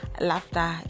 laughter